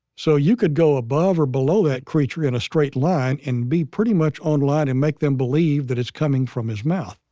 so you could go above or below that creature in a straight line and be pretty much on line and make them believe that it's coming from his mouth.